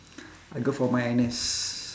I go for my N_S